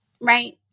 right